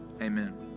Amen